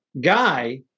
guy